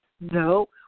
No